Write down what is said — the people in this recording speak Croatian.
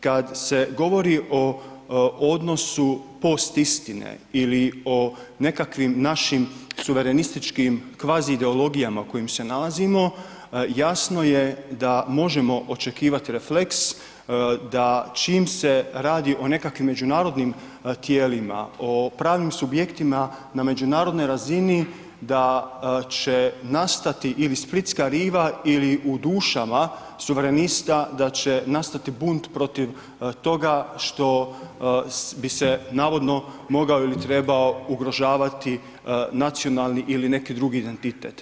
Kad se govori o odnosi post-istine ili o nekakvim našim suverenističkih kvaziideologijama u kojima se nalazimo, jasno je da možemo očekivati refleks, da čim se radi o nekakvim međunarodnim tijelima, o pravnim subjektima na međunarodnoj razini da će nastati ili splitska riva ili u dušama suverenista da će nastati bunt protiv toga što bi se navodno mogao ili trebao ugrožavati nacionalni ili neki drugi identitet.